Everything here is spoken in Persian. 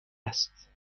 است